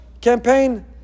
campaign